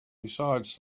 besides